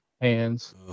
hands